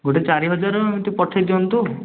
ଗୋଟେ ଚାରିହଜାର ଏମିତି ପଠେଇ ଦିଅନ୍ତୁ